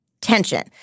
tension